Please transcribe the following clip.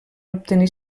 obtenir